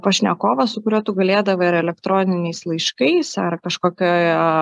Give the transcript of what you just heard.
pašnekovą su kuriuo tu galėdavai ar elektroniniais laiškais ar kažkokioj